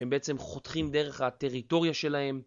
הם בעצם חותכים דרך הטריטוריה שלהם